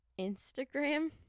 Instagram